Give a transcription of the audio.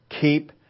keep